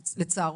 לצערו,